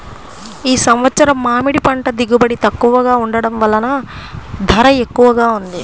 ఈ సంవత్సరం మామిడి పంట దిగుబడి తక్కువగా ఉండటం వలన ధర ఎక్కువగా ఉంది